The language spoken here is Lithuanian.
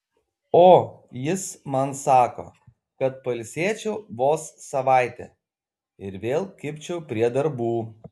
o jis man sako kad pailsėčiau vos savaitę ir vėl kibčiau prie darbų